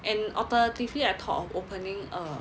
and alternatively I thought of opening a